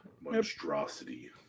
Monstrosity